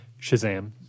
Shazam